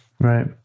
Right